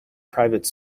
private